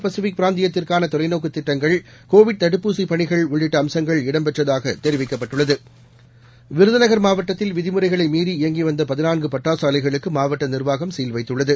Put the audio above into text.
Pacific பிராந்தியத்திற்கானதொலைநோக்குதிட்டங்கள் Covid தடுப்பூசிபணிகள் உள்ளிட்டஅம்சங்கள் இடம்பெற்றதாகதெரிவிக்கப்பட்டுள்ளது விருதுகள் மாவட்டத்தில் விதிமுறைகளைமீறி இயங்கிவந்தபதினான்குபட்டாசுஆலைகளுக்குமாவட்டநிர்வாகம் சீல் வைத்துள்ளது